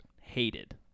hated